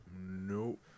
Nope